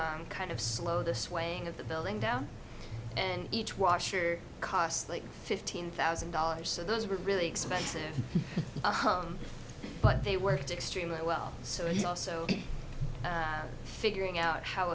i'm kind of slow the swaying of the building down and each washer cost like fifteen thousand dollars so those were really expensive but they worked extremely well so he also figuring out how